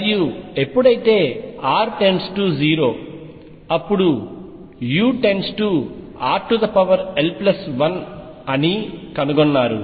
మరియు ఎప్పుడైతే r 0 అప్పుడు u rl1అని కనుగొన్నారు